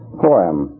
poem